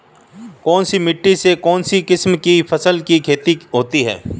कौनसी मिट्टी में कौनसी किस्म की फसल की खेती होती है?